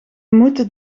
moeten